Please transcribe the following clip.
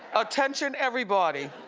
attention everybody.